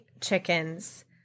chickens